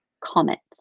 comments